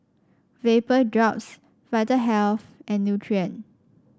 Vapodrops Vitahealth and Nutren